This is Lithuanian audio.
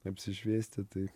apsišviesti tai